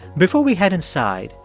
before we head inside,